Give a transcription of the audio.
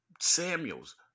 Samuels